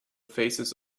faces